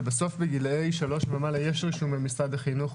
שבסוף בגילאי 3 ומעלה יש רישומי משרד החינוך.